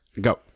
go